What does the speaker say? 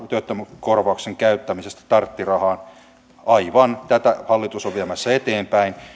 työttömyyskorvauksen käyttämisestä starttirahaan aivan tätä hallitus on viemässä eteenpäin